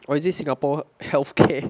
or is it singapore healthcare